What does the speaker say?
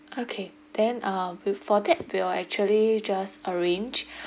okay then uh with for that we will actually just arrange